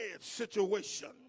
situation